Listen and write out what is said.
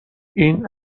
این